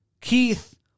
Keith